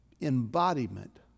embodiment